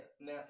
now